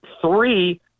three